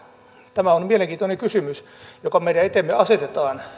tämä on mielenkiintoinen kysymys joka meidän eteemme asetetaan